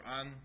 on